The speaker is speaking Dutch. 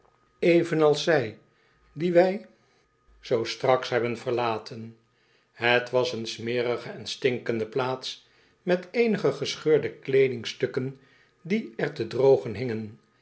evenals zij die wij zoo straks hebben verlaten het was een smerige en stinkende plaats met eenige gescheurde kleedingstukken die er te drogen hingen